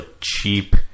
cheap